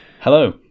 Hello